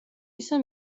ისე